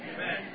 Amen